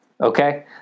Okay